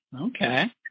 Okay